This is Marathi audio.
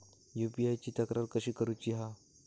यू.पी.आय ची तक्रार कशी करुची हा?